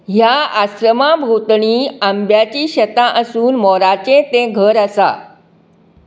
ह्या आश्रमा भोंवतणी आंब्याची शेतां आसून मोराचें तें घर आसा